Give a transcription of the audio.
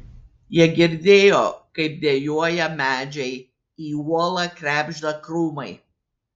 jie girdėjo kaip dejuoja medžiai į uolą krebžda krūmai